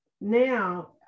now